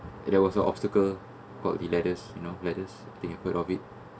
there was a obstacle for the ladders you know bladders the thing you climb on it